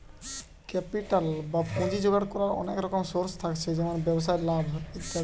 capital বা পুঁজি জোগাড় কোরার অনেক রকম সোর্স থাকছে যেমন ব্যবসায় লাভ ইত্যাদি